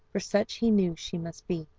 for such he knew she must be.